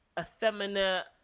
effeminate